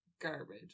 Garbage